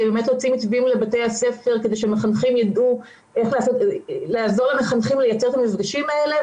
להוציא מתווים לבתי הספר לעזור למחנכים לייצר את המפגשים האלה,